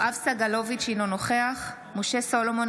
אינו נוכח יואב סגלוביץ' אינו נוכח משה סולומון,